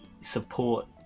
support